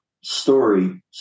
story